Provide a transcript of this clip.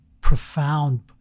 profound